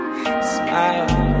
smile